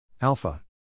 alpha